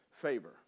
favor